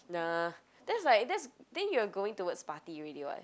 nah that's like that's then you are going towards party already [what]